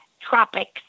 Tropics